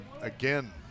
again